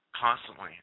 constantly